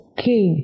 Okay